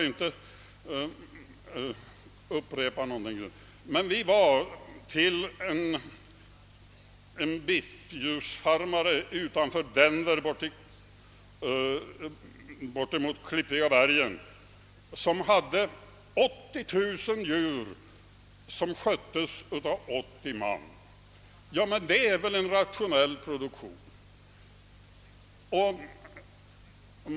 Vi besökte under denna resa en biffdjursfarmare utanför Denver borta vid Klippiga bergen som hade 80 000 djur, vilka sköttes av 80 man. Det är väl en rationell produktion!